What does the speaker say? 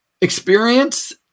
experience